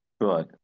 Right